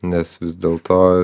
nes vis dėlto